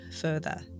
further